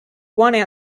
one